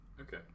Okay